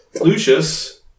Lucius